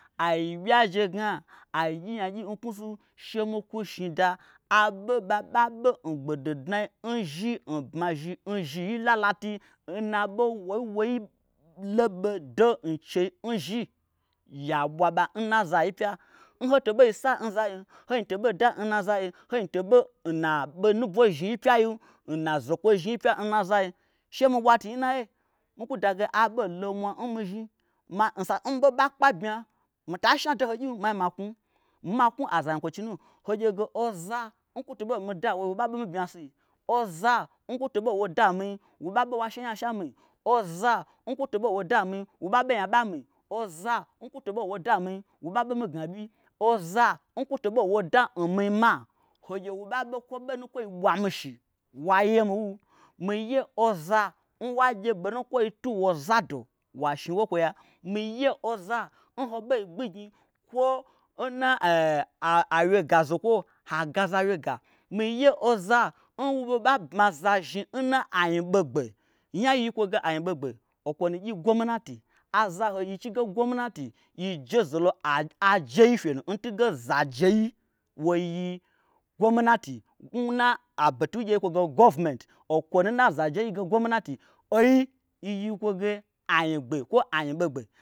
Ai ɓyi'ajegna ai gyinnyagyi nknwusnu shemikwu shnida aɓo nɓaɓa ɓe n gbododnai nzhi n bmazhni nzhi-i lalatui nna ɓo woiwoi loɓodo nchei nzhi yaɓwa ɓa nna zayi pya nhotobei sa nzayim hoin tobei da nnazayim hoin to ɓo nna ɓo nu bozhni yi pyai nnazokwo zhni pyai nna zai shemi ɓwatu nyi nnaiye mikwu dage aɓolo mwa n mizhni ma nsa n mii ɓei ɓakpa bmya mita shni adoho gyim mazhni ma knwu miye ma knwu azanyikwochi nu hogyege oza nkwo toɓo mida nwoi woɓaɓa be mibmyasi oza nkwoto ɓo n woda nmii waɓaɓe wa she nya asha n mii oza nkwo toɓo nwo da n mii woɓaɓe nya ɓa n mi oza n kwoto ɓo woida nmi woɓa bemi gnaɓyi oza nkwoto ɓo woi da mii ma hogye wo ɓaɓe kwo ɓonukwoi ɓwamishi wayemi wu miye oza nwagye ɓonukwoi tu wozado washni wokwo ya. miye oza nho ɓei gbignyi kwo nnaee awye ga zokwo ha gaza awyega miye oza nwoɓa bmaza zhni nna anyi ɓogbe nya nayi kwoge anyiɓogbe okwonu gyi gwomnwti azoho chige gwomnati yijezelo a-a jei fye nu ntunge azaje yi woyi gwomnati nna abetugye yikwoge government. Okwo nu nna zajei yikwoge gwomnati oyi yiyi kwoge anyi gbe kwo anyiɓogbe